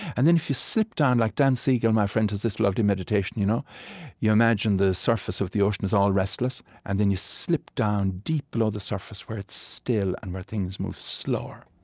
and then if you slip down like dan siegel, my friend, does this lovely meditation. you know you imagine the surface of the ocean is all restless, and then you slip down deep below the surface where it's still and where things move slower